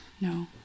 No